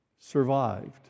survived